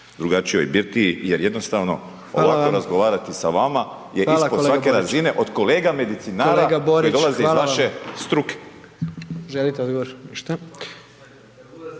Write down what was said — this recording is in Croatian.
drugačijoj birtiji jer jednostavno …/Upadica: Hvala vam./… ovako razgovarati sa vama je ispod svake razine od kolege medicinara koji dolaze iz vaše struke.